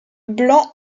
blanc